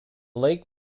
lake